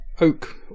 oak